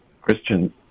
Christian